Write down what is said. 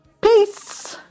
Peace